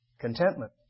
Contentment